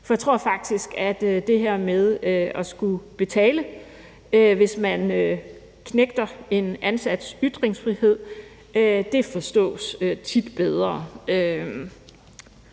For jeg tror faktisk, at det her med at skulle betale, hvis man knægter en ansats ytringsfrihed, tit forstås bedre